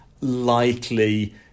likely